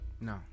No